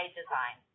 design